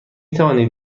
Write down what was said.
توانید